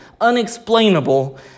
unexplainable